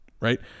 right